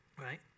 right